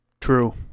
True